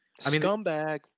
Scumbag